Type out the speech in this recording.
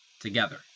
together